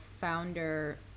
founder